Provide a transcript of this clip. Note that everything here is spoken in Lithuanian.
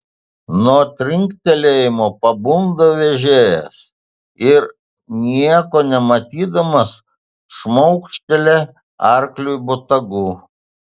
nuo trinktelėjimo pabunda vežėjas ir nieko nematydamas šmaukštelia arkliui botagu